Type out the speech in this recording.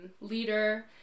leader